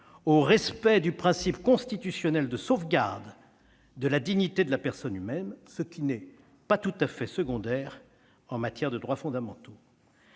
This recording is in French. au « respect du principe constitutionnel de sauvegarde de la dignité de la personne humaine », ce qui n'est pas tout à fait secondaire en matière de droits fondamentaux